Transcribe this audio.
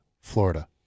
Florida